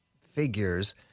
figures